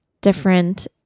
different